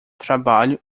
trabalho